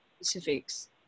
specifics